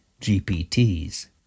GPT's